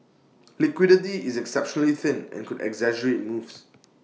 liquidity is exceptionally thin and could exaggerate moves